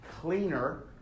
cleaner